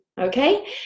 okay